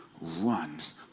runs